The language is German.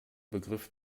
begriff